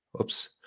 Oops